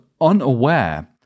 unaware